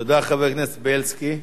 תודה, חבר הכנסת בילסקי.